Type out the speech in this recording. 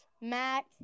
Mac